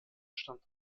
stammt